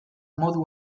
modu